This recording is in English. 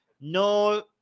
no